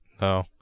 No